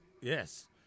Yes